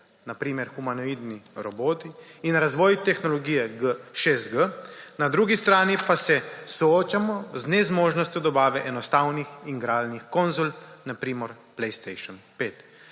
na primer humanoidni roboto in razvoj tehnologije 6G, na drugi strani pa se soočamo z nezmožnostjo dobave enostavnih igralnih konzul, na primer PlayStation 5.